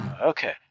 Okay